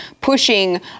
pushing